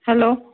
hello